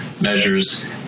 measures